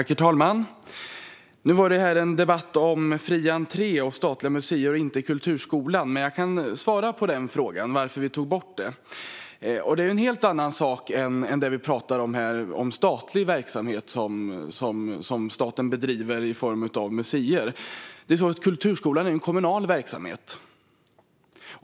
Herr talman! Nu är det här en debatt om fri entré till statliga museer, inte om kulturskolan. Men jag kan svara på frågan om varför vi tog bort detta. Det är en helt annan sak än statlig verksamhet som staten bedriver i form av museer. Kulturskolan är en kommunal verksamhet.